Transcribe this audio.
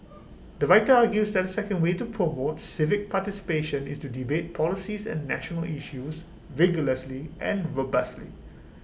the writer argues that the second way to promote civic participation is to debate policies and national issues rigorously and robustly